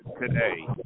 today